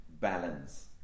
balance